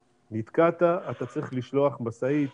נתקעת, אתה צריך לשלוח משאית